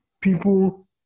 People